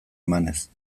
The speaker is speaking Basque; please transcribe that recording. emanez